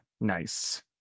Nice